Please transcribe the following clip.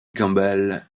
campbell